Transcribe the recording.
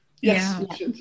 Yes